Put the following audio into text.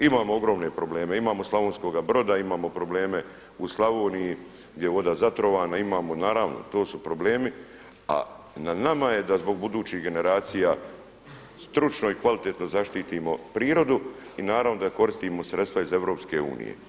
Imamo ogromne probleme, imamo Slavonskoga Broda, imamo probleme u Slavoniji gdje je voda zatrovana, naravno to su problemi, a na nama je da zbog budućih generacija stručno i kvalitetno zaštitimo prirodu i naravno da koristimo sredstva iz EU.